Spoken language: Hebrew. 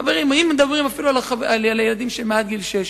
חברים, אם מדברים אפילו על ילדים שמעל גיל שש,